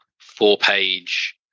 four-page